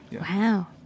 Wow